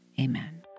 amen